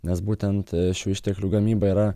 nes būtent šių išteklių gamyba yra